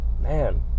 Man